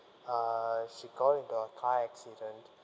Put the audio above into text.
uh she got into a car accident